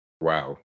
Wow